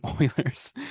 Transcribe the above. oilers